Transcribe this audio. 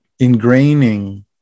ingraining